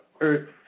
earth